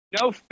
no